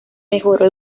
mejoró